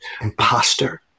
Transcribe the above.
imposter